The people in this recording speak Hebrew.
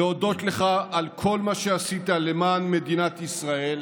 להודות לך על כל מה שעשית למען מדינת ישראל,